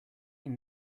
une